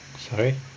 sorry